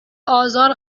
ازار